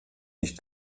nicht